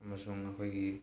ꯑꯃꯁꯨꯡ ꯑꯩꯈꯣꯏꯒꯤ